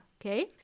Okay